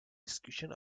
execution